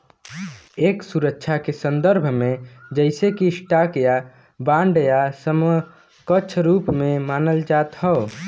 एक सुरक्षा के संदर्भ में जइसे कि स्टॉक या बांड या समकक्ष रूप में मानल जात हौ